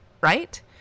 right